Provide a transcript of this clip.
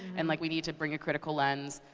and like we need to bring a critical lens,